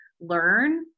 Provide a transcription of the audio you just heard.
learn